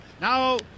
Now